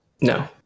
No